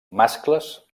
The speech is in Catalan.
mascles